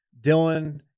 Dylan